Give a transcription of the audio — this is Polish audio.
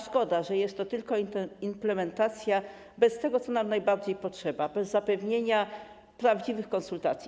Szkoda, że jest to tylko implementacja bez tego, czego nam najbardziej potrzeba, bez zapewnienia prawdziwych konsultacji.